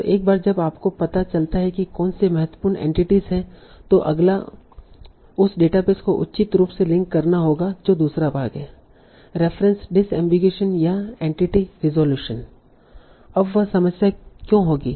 और एक बार जब आपको पता चलता है कि कौन सी महत्वपूर्ण एंटिटीस हैं तो अगला उस डेटाबेस को उचित रूप से लिंक करना होगा जो दूसरा भाग है रेफरेंस डिसअम्बिगुईशन या एंटिटी रीसोलूशन अब वह समस्या क्यों होगी